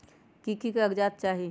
की की कागज़ात चाही?